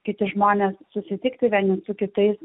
kiti žmonės susitikti vieni su kitais